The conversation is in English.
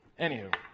Anywho